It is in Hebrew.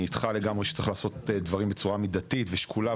אני איתך לגמרי שצריך לעשות דברים בצורה מידתית ושקולה,